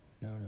No